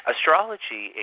Astrology